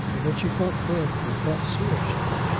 and when she thought further and thought seriously,